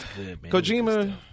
Kojima